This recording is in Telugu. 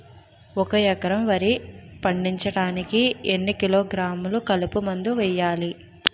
ఒక ఎకర వరి పండించటానికి ఎన్ని కిలోగ్రాములు కలుపు మందు వేయాలి?